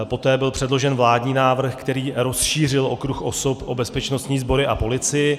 Poté byl předložen vládní návrh, který rozšířil okruh osob o bezpečnostní sbory a policii.